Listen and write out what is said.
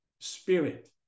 spirit